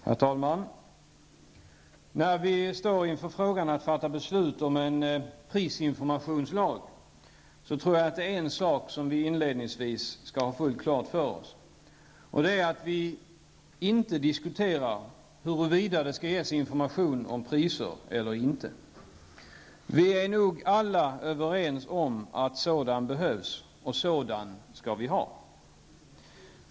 Herr talman! När vi står inför uppgiften att fatta beslut om en prisinformationslag tror jag att det är en sak som vi inledningsvis skall ha fullt klart för oss. Det är att vi inte diskuterar huruvida det skall ges information om priser eller inte. Vi är nog alla överens om att sådan behövs och sådan skall vi ha.